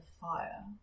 fire